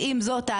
עם זאת,